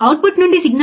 మనకు ఏమి కావాలి